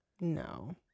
No